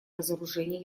разоружение